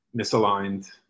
misaligned